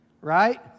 right